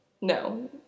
no